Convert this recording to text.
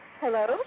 Hello